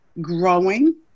growing